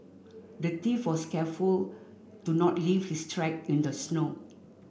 the thief was careful to not leave his track in the snow